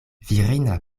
virina